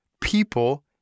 people